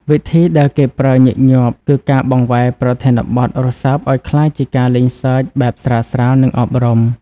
វិធីដែលគេប្រើញឹកញាប់គឺការបង្វែរប្រធានបទរសើបឲ្យក្លាយជាការលេងសើចបែបស្រាលៗ និងអប់រំ។